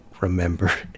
remember